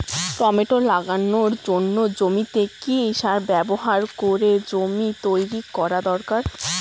Tomato লাগানোর জন্য জমিতে কি সার ব্যবহার করে জমি তৈরি করা দরকার?